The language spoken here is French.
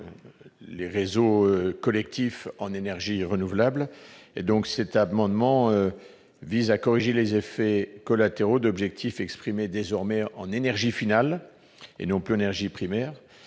les réseaux collectifs en énergies renouvelables. Nous proposons de corriger les effets collatéraux d'objectifs exprimés désormais en énergie finale et non plus en énergie primaire.